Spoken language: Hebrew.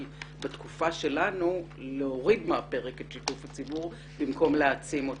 בתקופה שלנו להוריד מהפרק את שיתוף הציבור במקום להעצים אותו.